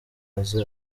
aze